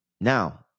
Now